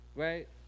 Right